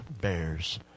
bears